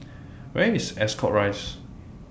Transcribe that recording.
Where IS Ascot Rise